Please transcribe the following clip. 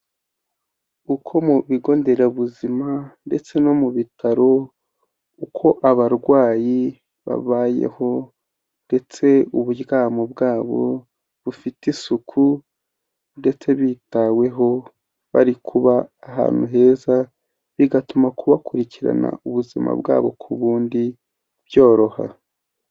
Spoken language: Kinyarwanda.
Uko mu bigonderabuzima ndetse no mu bitaro uko abarwayi babayeho, ndetse uburyamo bwabo bufite isuku, ndetse bitaweho bari kuba ahantu heza, bigatuma kubakurikirana ubuzima bwabo ku bundi byoroha.